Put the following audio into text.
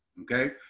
Okay